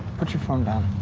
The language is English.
put your phone down.